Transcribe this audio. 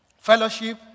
Fellowship